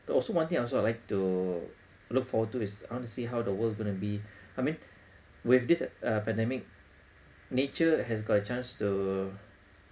also one thing also I'd like to look forward to is I want to see how the world's gonna be I mean with this uh pandemic nature has got a chance to